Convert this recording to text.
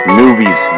movies